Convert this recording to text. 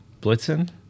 Blitzen